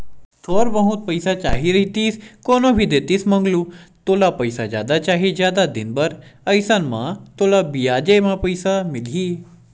थोर बहुत पइसा चाही रहितिस कोनो भी देतिस मंगलू तोला पइसा जादा चाही, जादा दिन बर अइसन म तोला बियाजे म पइसा मिलही